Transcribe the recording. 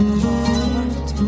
heart